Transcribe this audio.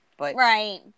Right